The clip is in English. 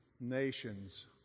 nations